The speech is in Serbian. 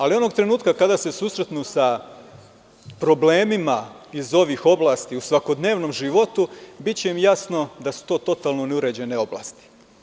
Ali, onog trenutka kada se susretnu sa problemima iz ovih oblasti u svakodnevnom životu biće im jasno da su to totalno neuređene oblasti.